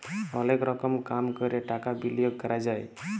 অলেক রকম কাম ক্যরে টাকা বিলিয়গ ক্যরা যায়